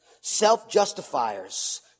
self-justifiers